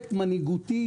פרויקט מנהיגותי